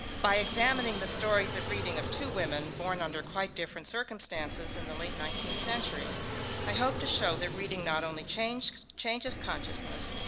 by examining the stories of reading of two women born under quite different circumstances in the late nineteenth century i hope to show that reading not only changes changes consciousness,